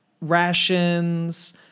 Rations